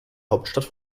hauptstadt